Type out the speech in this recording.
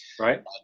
Right